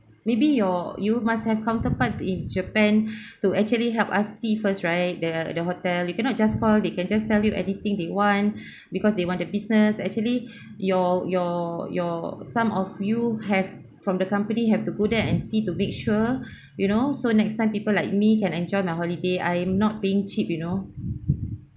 maybe your you must have counterparts in japan to actually help us see first right the the hotel you cannot just call they can just tell you anything they want because they want the business actually your your your some of you have from the company have to go there and see to make sure you know so next time people like me can enjoy my holiday I am not paying cheap you know